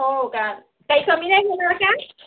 हो का काही कमी नाही होणार का